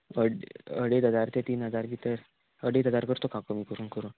अड अडेज हजार ते तीन हजार भितर अडेज हजार करता तुका कमी करून करून